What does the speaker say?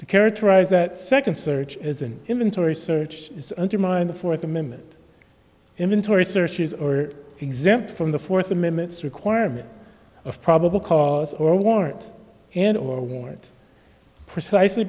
to characterize that second search as an inventory search is undermined the fourth amendment inventory searches or exempt from the fourth amendment requirement of probable cause or warrant and or warrant precisely